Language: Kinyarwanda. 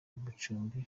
amacumbi